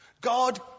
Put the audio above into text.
God